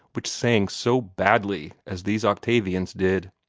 which sang so badly as these octavians did.